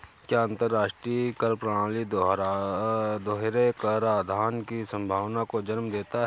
क्या अंतर्राष्ट्रीय कर प्रणाली दोहरे कराधान की संभावना को जन्म देता है?